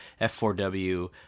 F4W